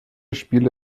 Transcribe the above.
spiele